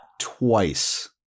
twice